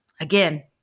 Again